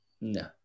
No